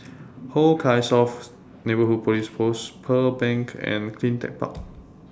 Hong Kah South Neighbourhood Police Post Pearl Bank and CleanTech Park